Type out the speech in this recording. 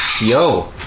Yo